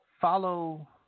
follow